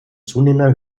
zunehmender